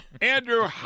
Andrew